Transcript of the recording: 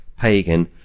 pagan